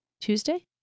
Tuesday